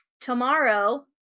tomorrow